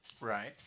Right